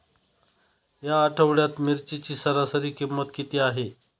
या आठवड्यात मिरचीची सरासरी किंमत किती आहे?